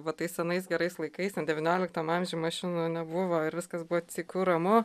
va tais senais gerais laikais ten devynioliktam amžiuj mašinų nebuvo ir viskas buvo tyku ramu